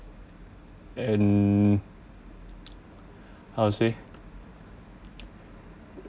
and how to say